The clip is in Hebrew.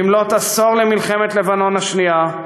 במלאות עשור למלחמת לבנון השנייה,